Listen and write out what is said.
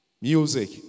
Music